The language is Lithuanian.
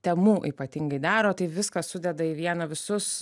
temu ypatingai daro tai viską sudeda į vieną visus